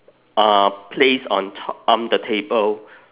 uh placed on to~ on the table